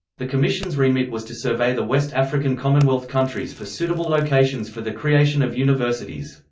the commission's remit was to survey the west african commonwealth countries for suitable locations for the creation of universities.